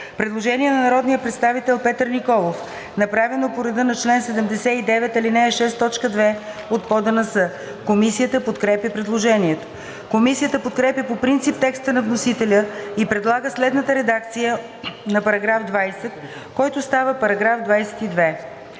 Предложение на народния представител Петър Николов, направено по реда на чл. 79, ал. 6, т. 2 от ПОДНС. Комисията подкрепя предложението. Комисията подкрепя по принцип текста на вносителя и предлага следната редакция на § 20, който става § 22: „§ 22.